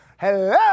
Hello